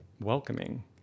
welcoming